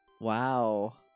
wow